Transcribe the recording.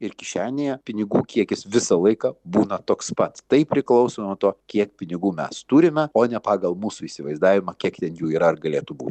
ir kišenėje pinigų kiekis visą laiką būna toks pat tai priklauso nuo to kiek pinigų mes turime o ne pagal mūsų įsivaizdavimą kiek ten jų yra ar galėtų būt